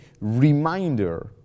reminder